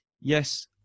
yes